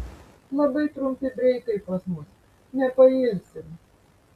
labai trumpi breikai pas mus nepailsim